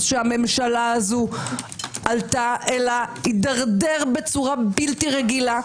הממשלה הזו עלתה אלא הידרדר בצורה בלתי רגילה.